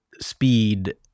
speed